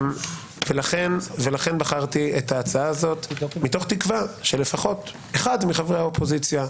לכן בחרתי את ההצעה הזאת מתוך תקווה שלפחות אחד מחברי האופוזיציה,